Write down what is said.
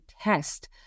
test